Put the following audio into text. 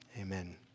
Amen